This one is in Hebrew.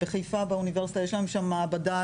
בחיפה באוניברסיטה יש להם שם מעבדה